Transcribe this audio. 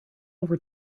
over